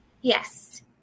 Yes